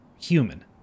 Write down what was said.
human